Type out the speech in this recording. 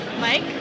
Mike